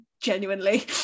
Genuinely